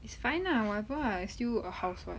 is fine lah whatever I still a housewife